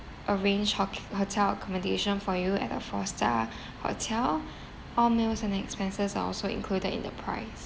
arrange ho~ hotel accommodation for you at a four star hotel all meals and the expenses are also included in the price